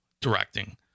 directing